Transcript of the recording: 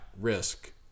risk